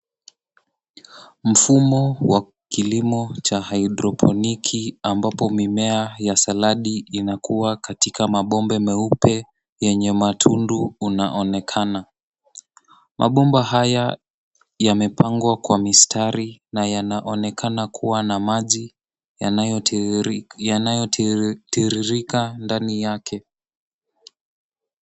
Mfumo wa kilimo cha haidroponiki ambapo mimea ya saladi inakua katika mabomba meupe yenye matundu unaonekana. Mabomba haya yamepangwa kwa mistari na yanaonekana kuwa na maji yanayotiririka ndani yake.